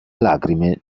lacrime